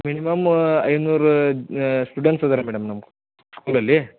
minimum ಐನೂರು students ಇದ್ದಾರೆ madam ನಮ್ಮ ಸ್ಕೂಲಲ್ಲಿ